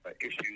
issues